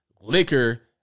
liquor